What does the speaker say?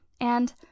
And—